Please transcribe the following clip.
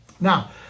Now